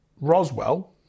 Roswell